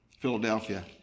Philadelphia